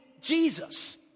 Jesus